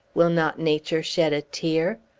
will not nature shed a tear?